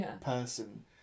person